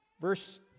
Verse